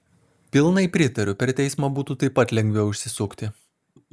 pilnai pritariu per teismą būtų taip pat lengviau išsisukti